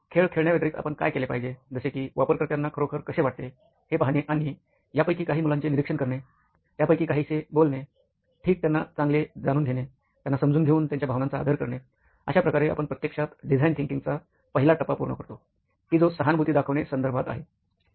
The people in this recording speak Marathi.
खेळ खेळण्या व्यतिरिक्त आपण काय केले पाहिजे जसे की वापरकर्त्यांना खरोखर कसे वाटते हे पाहणे आणि यापैकी काही मुलांचे निरीक्षण करणे त्यापैकी काहीशी बोलणे ठीक त्यांना चांगले जाणून घेणे त्यांना समजून घेऊन त्यांच्या भावनांचा आदर करणे अशाप्रकारे आपण प्रत्यक्षात डिझाईन थिंकिंगचा पहिला टप्पा पूर्ण करतो की जो सहानुभूती दाखवणे संदर्भात आहे